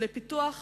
לפיתוח